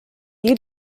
you